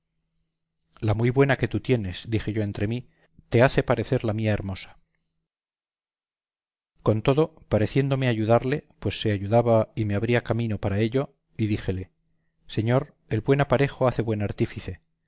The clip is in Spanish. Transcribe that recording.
la muy buena que tú tienes dije yo entre mí te hace parecer la mía hermosa con todo parecióme ayudarle pues se ayudaba y me abría camino para ello y díjele señor el buen aparejo hace buen artífice